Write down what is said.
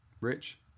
Rich